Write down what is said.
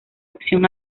oposición